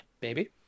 baby